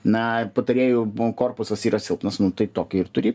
na patarėjų korpusas yra silpnas tai tokią ir turi